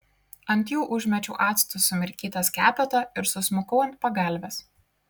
ant jų užmečiau actu sumirkytą skepetą ir susmukau ant pagalvės